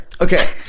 Okay